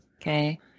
okay